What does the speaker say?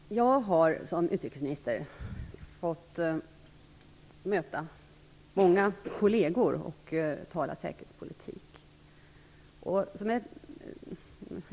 Herr talman! Jag har som utrikesminister mött många kollegor som jag talat säkerhetspolitik med.